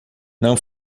não